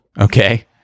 okay